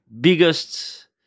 biggest